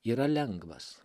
yra lengvas